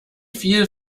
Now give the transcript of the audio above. viel